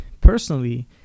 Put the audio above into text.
personally